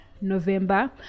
November